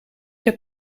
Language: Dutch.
heb